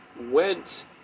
went